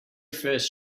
first